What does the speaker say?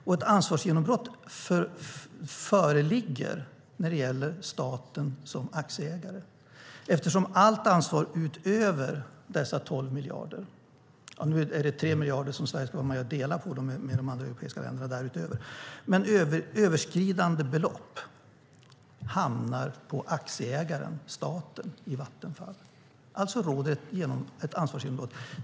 Och ett ansvarsgenombrott föreligger när det gäller staten som aktieägare, eftersom allt ansvar utöver dessa 12 miljarder - nu är det 3 miljarder som Sverige ska vara med och dela på med de andra europeiska länderna därutöver - alltså överskridande belopp, hamnar på aktieägaren staten i Vattenfall. Alltså råder det ett ansvarsgenombrott.